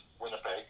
Winnipeg